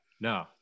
no